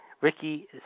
Ricky